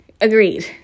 Agreed